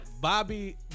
Bobby